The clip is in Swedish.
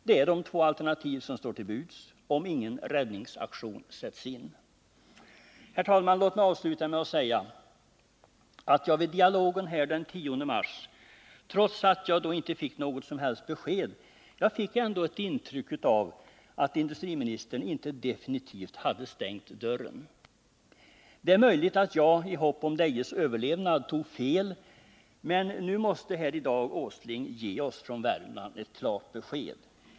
Det är de två alternativ som står till buds om ingen räddningsaktion sätts in. Herr talman! Låt mig avsluta med att säga att jag vid dialogen den 10 mars, trots att jag då inte fick något som helst besked, fick ett intryck av att industriministern inte definitivt hade stängt dörren. Det är möjligt att jag, i hopp om Dejes överlevnad, tog fel, men nu måste här i dag herr Åsling ge oss från Värmland ett klart besked.